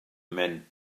men